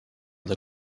the